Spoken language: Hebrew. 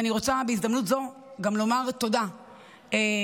ואני רוצה בהזדמנות זו גם לומר תודה לשר